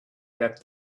that